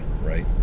right